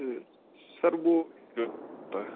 سر وہ